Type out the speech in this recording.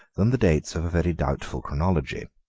than the dates of a very doubtful chronology.